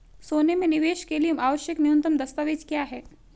सोने में निवेश के लिए आवश्यक न्यूनतम दस्तावेज़ क्या हैं?